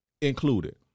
included